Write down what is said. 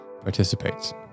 participates